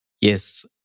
Yes